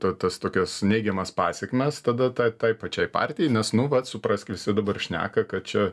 ta tas tokias neigiamas pasekmes tada tai tai pačiai partijai nes nu vat suprask visi dabar šneka kad čia